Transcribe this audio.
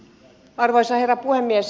arvoisa herra puhemies